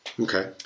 Okay